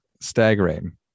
staggering